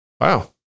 wow